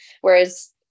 whereas